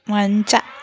ಮಂಚ